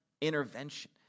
intervention